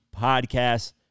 Podcast